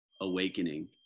awakening